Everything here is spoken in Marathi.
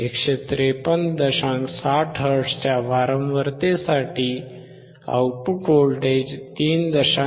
60Hz च्या वारंवारतेसाठी आउटपुट व्होल्टेज 3